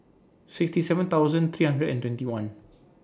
sixty seven thousand three hundred and twenty one